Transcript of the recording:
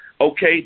okay